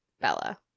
Bella